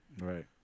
Right